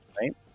Right